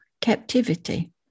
captivity